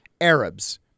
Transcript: Arabs